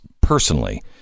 personally